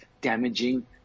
damaging